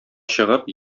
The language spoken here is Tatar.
чыгып